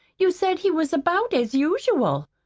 you said he was about as usual.